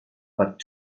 but